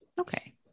Okay